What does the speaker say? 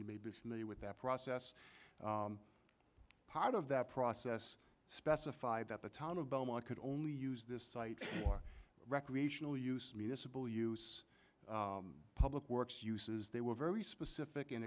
you may be familiar with that process part of that process specified that the town of beaumont could only use this site for recreational use municipal use public works uses they were very specific